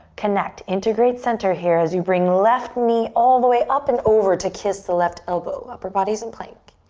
connect. integrate center here as you bring left knee all the way up and over to kiss the left elbow. upper body's in plank.